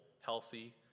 healthy